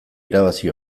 irabazi